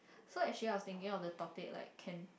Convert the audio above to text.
so actually I was thinking of the topic like can